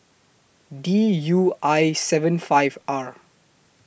D U I seven five R